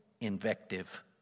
invective